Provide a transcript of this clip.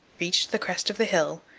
reached the crest of the hill,